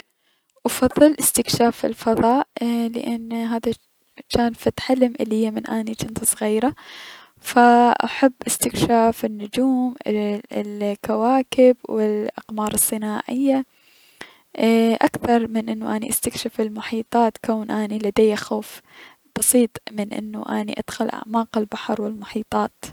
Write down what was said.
افضل استكشاف الفضاء لأن هذا جان فد حلم اليا من اني و جنت صغيرة، فأحب استكشاف النجوم، الكواكب، الأقمار الصناعية اي- اكثر من انو اني استكشف اي - المحيطات لأن اني عندي نوع من الخوف من انو اني ادخل اعماق البحلر و المحيطات.